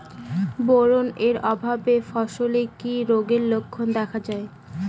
Boron এর অভাবে ফসলে কি রোগের লক্ষণ দেখা যায়?